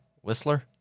Whistler